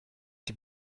die